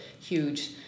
huge